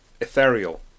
Ethereal